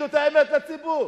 תגידו את האמת לציבור.